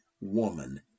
woman